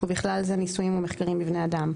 ובכלל זה ניסויים ומחקרים בבני אדם.